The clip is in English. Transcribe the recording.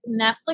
Netflix